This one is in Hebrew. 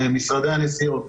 משרדי הנסיעות,